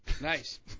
Nice